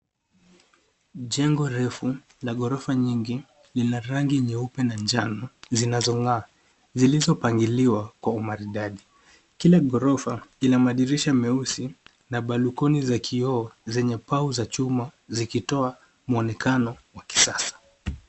Jengo refu la ghorofa nyingi lina rangi nyeupe na njano zinazongaa zilizopangiliwa kwa umaridadi. Kila ghorofa ina madirisha meusi na balcony za kioo zenye pau za chuma zikitoa mwonekano wa kisasa .